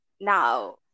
now